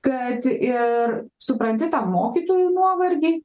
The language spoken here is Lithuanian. kad ir supranti tą mokytojų nuovargį